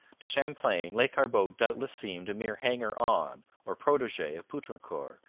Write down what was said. to champlain, lescarbot doubtless seemed a mere hanger-on or protege of poutrincourt,